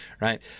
right